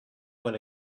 when